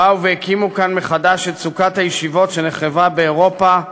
באו והקימו כאן מחדש את סוכת הישיבות שנחרבה באירופה.